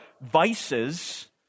vices